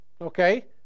okay